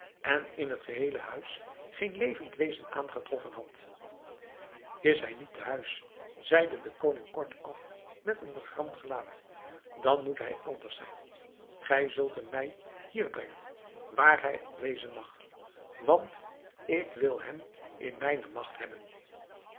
en in het geheele huis geen levend wezen aangetroffen had is hij niet te huis zeide de koning kortaf met een vergramd gelaat dan moet hij elders zijn gij zult hem mij hier brengen waar hij ook wezen mag want ik wil hem in mijne magt hebben